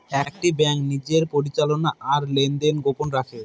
একটি ব্যাঙ্ক নিজের পরিচালনা আর লেনদেন গোপন রাখে